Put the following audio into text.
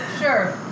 Sure